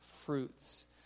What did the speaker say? Fruits